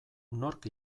nork